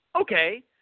Okay